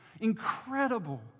Incredible